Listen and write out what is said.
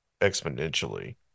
exponentially